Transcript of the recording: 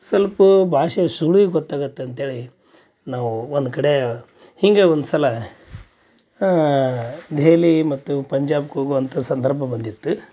ಸಲ್ಪ ಭಾಷೆ ಸುಳಿವು ಗೊತ್ತಾಗತ್ತೆ ಅಂತೇಳಿ ನಾವು ಒಂದು ಕಡೆ ಹಿಂಗೆ ಒಂದು ಸಲ ದೆಹಲಿ ಮತ್ತು ಪಂಜಾಬ್ಗೆ ಹೋಗುವಂಥ ಸಂದರ್ಭ ಬಂದಿತ್ತು